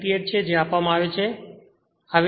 98 છે જે આપવામાં આવે છે